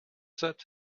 said